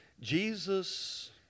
Jesus